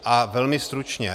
A velmi stručně.